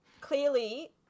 Clearly